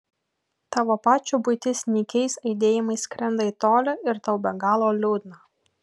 tavo pačio buitis nykiais aidėjimais skrenda į tolį ir tau be galo liūdna